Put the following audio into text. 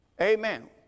amen